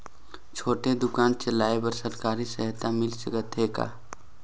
छोटे दुकान चलाय बर सरकारी सहायता मिल सकत हे का?